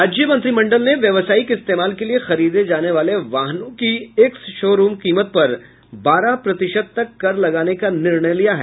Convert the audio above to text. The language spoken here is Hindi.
राज्य मंत्रिमंडल ने व्यावसायिक इस्तेमाल के लिए खरीदे जाने वाले वाहनों की एक्स शोरूम कीमत पर बारह प्रतिशत तक कर लगाने का निर्णय लिया है